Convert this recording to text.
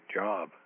job